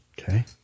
Okay